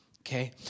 Okay